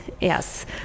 Yes